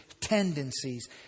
tendencies